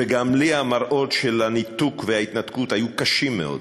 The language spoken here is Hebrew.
וגם לי המראות של הניתוק וההתנתקות היו קשים מאוד.